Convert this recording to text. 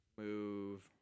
Move